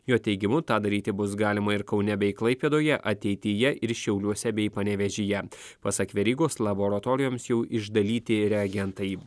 jo teigimu tą daryti bus galima ir kaune bei klaipėdoje ateityje ir šiauliuose bei panevėžyje pasak verygos laboratorijoms jau išdalyti reagentai